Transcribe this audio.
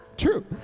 true